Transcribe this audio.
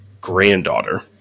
granddaughter